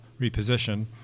reposition